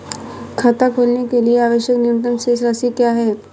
खाता खोलने के लिए आवश्यक न्यूनतम शेष राशि क्या है?